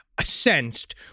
sensed